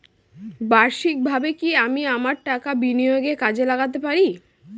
বার্ষিকভাবে কি আমি আমার টাকা বিনিয়োগে কাজে লাগাতে পারি?